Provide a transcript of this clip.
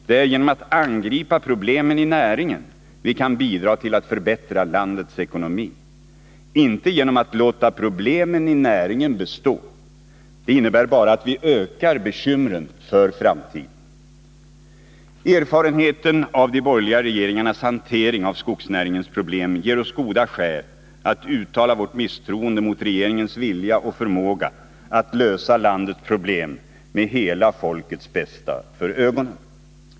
Det är genom att angripa problemen i näringen vi kan bidra till att förbättra landets ekonomi, inte genom att låta problemen i näringen bestå. Det innebär bara att vi ökar bekymren för framtiden. Erfarenheten av de borgerliga regeringarnas hantering av skogsnäringens problem ger oss goda skäl att uttala vårt misstroende mot regeringens vilja och förmåga att lösa landets problem med hela folkets bästa för ögonen.